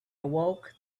awoke